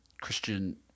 Christian